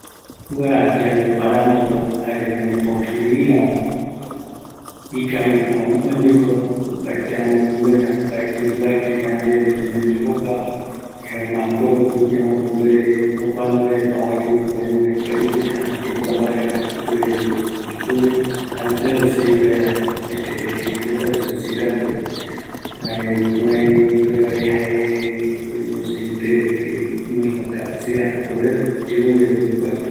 ﻿Kua yandeparanduva, ikavi aun oimeko opaete amogué guinoiva, mbaeti oyovake yande reta ñanoi jokua, jaema jokoropi ropi amope ipuere jokuanunga reta ovae mbaenunga iyeipe mbaenunga ikavigu, jare yaikua mbaeva, jare jaereta ipuere ombo descubre, jare jukurai osirive vaera opaete jente retape, sociedadpe, jare kurai ipuere vaera jae oyemosiente de que guinoi kua kapacidad ani poder, yerovia rupi oiko vaera